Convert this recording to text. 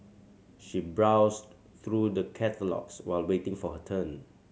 she browsed through the catalogues while waiting for her turn